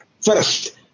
First